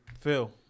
Phil